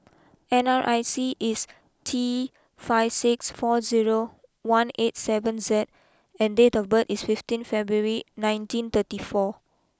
N R I C is T five six four zero one eight seven Z and date of birth is fifteen February nineteen thirty four